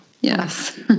Yes